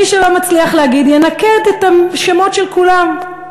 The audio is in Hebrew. מי שלא מצליח להגיד, ינקד את השמות של כולם.